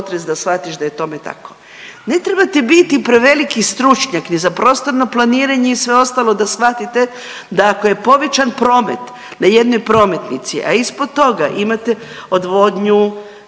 Ne trebate biti preveliki stručnjak ni za prostorno planiranje i sve ostalo da shvatite, da ako je povećan promet na jednoj prometnici, a ispod toga imate odvodnju,